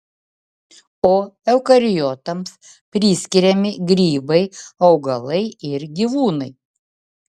o eukariotams priskiriami grybai augalai ir gyvūnai